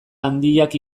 handiak